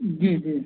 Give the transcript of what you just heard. जी जी